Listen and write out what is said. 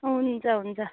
हुन्छ हुन्छ